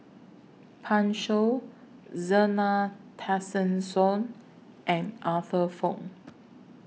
Pan Shou Zena Tessensohn and Arthur Fong